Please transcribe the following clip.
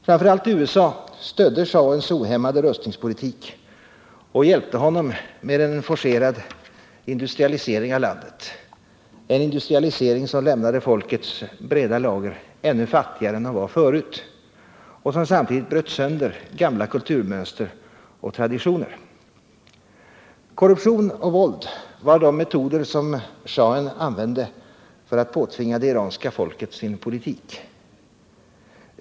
Framför allt USA stödde schahens ohämmade rustningspolitik och hjälpte honom med en forcerad industrialisering av landet — en industrialisering som lämnade folkets breda lager ännu fattigare än de var förut och som samtidigt bröt sönder gamla kulturmönster och traditioner. Korruption och våld var de metoder som schahen använde för att påtvinga det iranska folket sin politik.